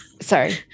Sorry